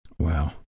Wow